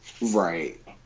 right